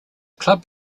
club